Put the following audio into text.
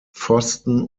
pfosten